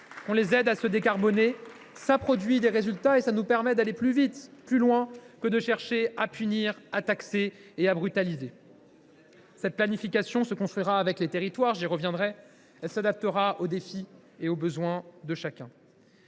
qu’on les aide à se décarboner, cela produit des résultats et nous permet d’aller plus vite, plus loin,… Ce ne sont pas les jeux Olympiques !… sans chercher à punir, à taxer et à brutaliser. Cette planification se construira avec les territoires – j’y reviendrai. Elle s’adaptera aux défis et aux besoins de chacun